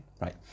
right